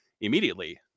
immediately